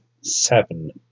seven